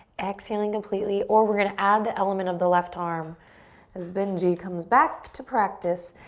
exhaling completely, or we're gonna add the element of the left arm as benji comes back to practice,